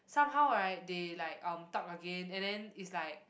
somehow right they like um talk again and then is like